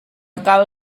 kal